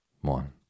One